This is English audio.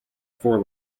four